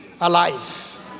alive